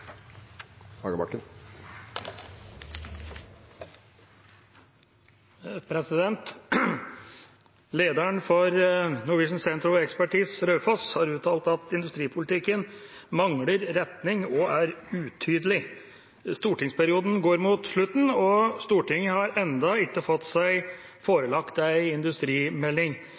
har uttalt at industripolitikken «mangler retning og er utydelig»'. Stortingsperioden går mot slutten, og Stortinget har ennå ikke fått forelagt en industrimelding.